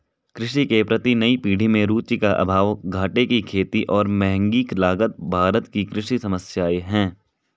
कृषि के प्रति नई पीढ़ी में रुचि का अभाव, घाटे की खेती और महँगी लागत भारत की कृषि समस्याए हैं